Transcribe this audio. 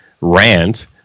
rant